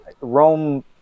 Rome